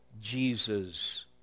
Jesus